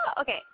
Okay